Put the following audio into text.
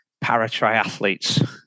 para-triathletes